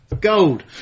gold